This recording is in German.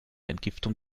entgiftung